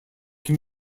can